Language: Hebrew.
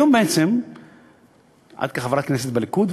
היום בעצם את כחברת כנסת בליכוד,